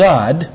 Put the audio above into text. God